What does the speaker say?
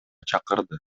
чакырды